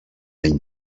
any